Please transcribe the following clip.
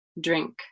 drink